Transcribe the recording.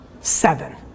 Seven